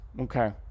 Okay